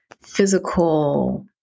physical